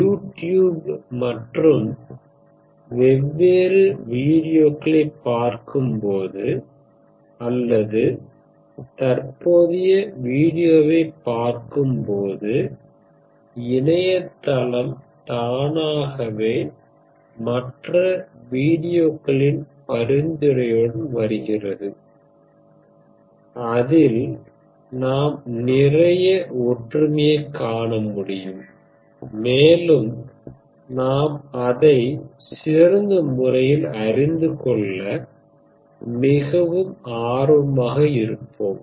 YouTube மற்றும் வெவ்வேறு வீடியோக்களைப் பார்க்கும்போது அல்லது தற்போதைய வீடியோவைப் பார்க்கும்போது இணையத்தளம் தானாகவே மற்ற வீடியோக்களின் பரிந்துரையுடன் வரும் அதில் நாம் நிறைய ஒற்றுமையைக் காண முடியும் மேலும் நாம் அதை சிறந்தமுறையில் அறிந்து கொள்ள மிகவும் ஆர்வமாக இருப்போம்